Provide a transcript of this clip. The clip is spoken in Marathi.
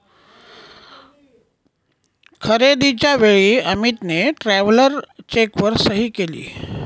खरेदीच्या वेळी अमितने ट्रॅव्हलर चेकवर सही केली